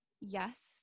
yes